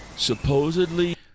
supposedly